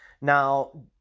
Now